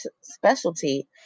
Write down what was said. specialty